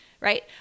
right